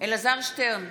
אלעזר שטרן,